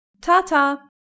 Ta-ta